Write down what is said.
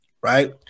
right